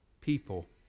people